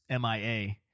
MIA